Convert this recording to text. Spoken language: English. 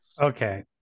okay